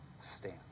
stand